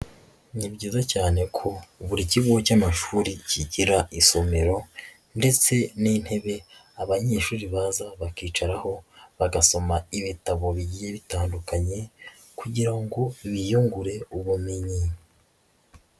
Ni byiza cyane ko buri kigo cy'amashuri kigira isomero ndetse n'intebe abanyeshuri baza bakicaraho bagasoma ibitabo bigiye bitandukanye, kugira ngo biyungure ubumenyi.